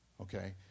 okay